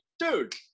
dude